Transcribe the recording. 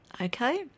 Okay